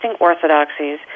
orthodoxies